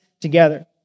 together